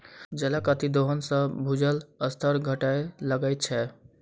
जलक अतिदोहन सॅ भूजलक स्तर घटय लगैत छै